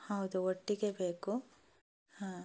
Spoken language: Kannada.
ಹೌದು ಒಟ್ಟಿಗೆ ಬೇಕು ಹಾಂ